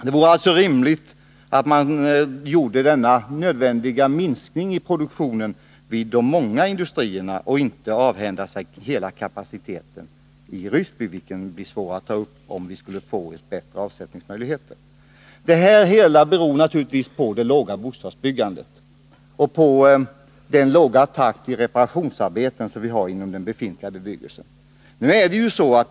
Det är alltså rimligt att man gör den nödvändiga minskningen i produktionen vid många industrier i stället för att avhända sig hela kapaciteten i Ryssby, vilken skulle bli svår att återskapa om företaget får bättre avsättningsmöjligheter. Den besvärliga situationen för Ryssbyfabriken beror naturligtvis på det låga bostadsbyggandet och den låga takten i reparationsarbetena inom befintlig bebyggelse.